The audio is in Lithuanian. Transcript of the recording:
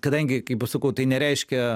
kadangi kaip sakau tai nereiškia